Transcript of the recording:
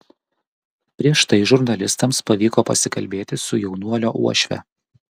prieš tai žurnalistams pavyko pasikalbėti su jaunuolio uošve